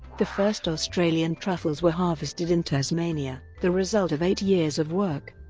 the first australian truffles were harvested in tasmania, the result of eight years of work.